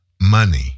money